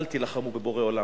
אל תילחמו בבורא עולם.